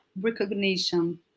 recognition